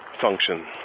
function